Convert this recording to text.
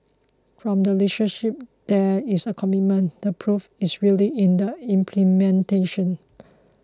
from the leadership there is a commitment the proof is really in the implementation